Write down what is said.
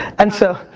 and so,